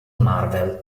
marvel